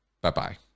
Bye-bye